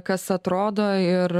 kas atrodo ir